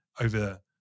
over